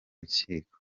rukiko